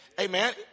Amen